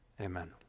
Amen